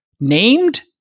named